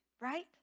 right